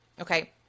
Okay